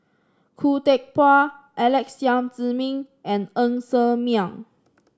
Khoo Teck Puat Alex Yam Ziming and Ng Ser Miang